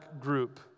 group